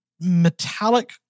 metallic